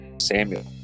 Samuel